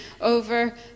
over